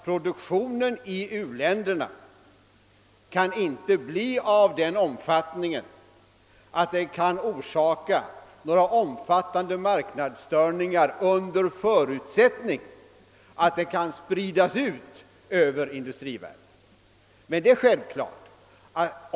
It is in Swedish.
Produktionen i uländerna kan inte bli av den omfattningen att den orsakar några omfattande marknadsstörningar — under förutsättning att den sprides ut över industrivärlden.